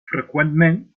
freqüentment